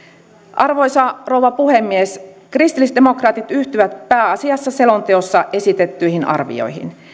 arvoisa rouva puhemies kristillisdemokraatit yhtyvät pääasiassa selonteossa esitettyihin arvioihin